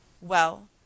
Well